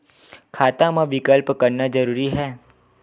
खाता मा विकल्प करना जरूरी है?